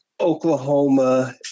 Oklahoma